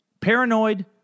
Paranoid